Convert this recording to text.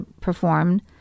performed